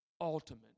ultimate